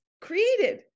created